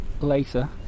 later